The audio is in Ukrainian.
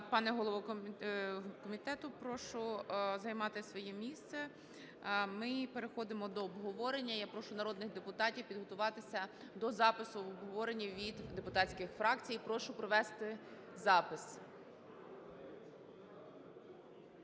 пане голово комітету. Прошу займати своє місце. Ми переходимо до обговорення. Я прошу народних депутатів підготуватися до запису в обговоренні від депутатських фракцій. Прошу провести запис.